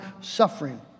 suffering